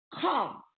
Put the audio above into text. come